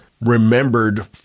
remembered